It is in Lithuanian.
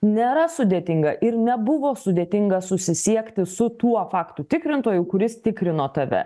nėra sudėtinga ir nebuvo sudėtinga susisiekti su tuo faktų tikrintoju kuris tikrino tave